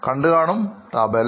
കണ്ടുകാണും tabla